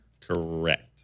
Correct